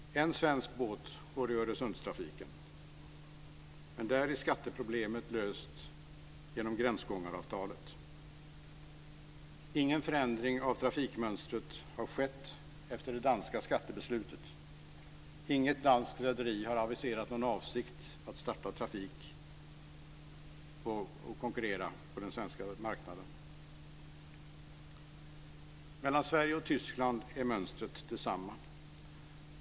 En svensk båt går i Öresundstrafiken, men där är skatteproblemet löst genom gränsgångaravtalet. Ingen förändring av trafikmönstret har skett efter det danska skattebeslutet, och inget danskt rederi har aviserat någon avsikt att starta trafik och konkurrera på den svenska marknaden. Mellan Sverige och Tyskland är mönstret detsamma.